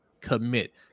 commit